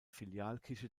filialkirche